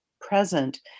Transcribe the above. present